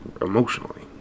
emotionally